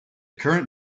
current